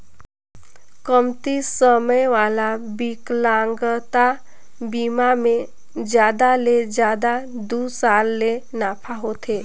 कमती समे वाला बिकलांगता बिमा मे जादा ले जादा दू साल ले नाफा होथे